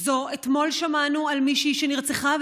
אתמול שמענו על מישהי שנרצחה,